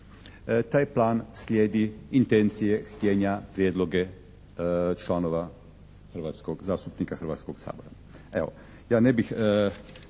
taj plan sljedi intencije, htijenja, prijedloge članova zastupnika Hrvatskog sabora. Evo, ja ne bih